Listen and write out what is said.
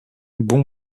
bon